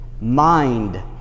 mind